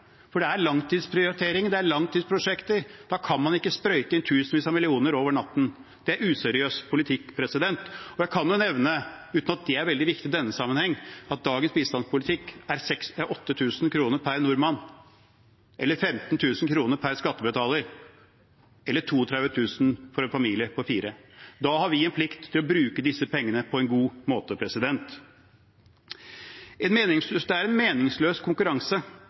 For det er langtidsprioriteringer, det er langtidsprosjekter, og da kan man ikke sprøyte inn tusenvis av millioner over natten. Det er useriøs politikk. Jeg kan nevne – uten at det er veldig viktig i denne sammenheng – at dagens bistandspolitikk tilsvarer 8 000 kr per nordmann, 15 000 kr per skattebetaler eller 32 000 kr for en familie på fire. Da har vi en plikt til å bruke disse pengene på en god måte. Det er en meningsløs konkurranse